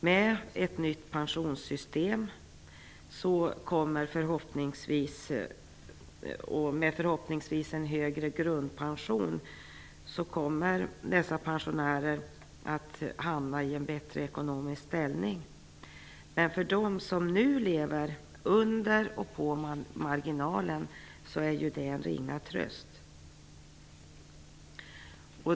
Med ett nytt pensionssystem, där grundpensionen förhoppningsvis är högre, kommer dessa pensionärer att hamna i en bättre ekonomisk ställning. Men för dem som nu lever under och på marginalen är det en ringa tröst.